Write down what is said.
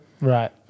Right